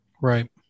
Right